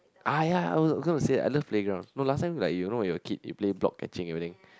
ai ya I was how come to said I love playground no last time like you know your kid they play block catching everything